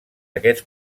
aquests